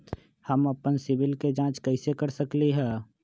हम अपन सिबिल के जाँच कइसे कर सकली ह?